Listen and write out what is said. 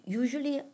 usually